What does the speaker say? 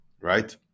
right